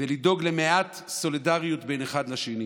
ולדאוג למעט סולידריות בין אחד לשני.